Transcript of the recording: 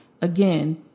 again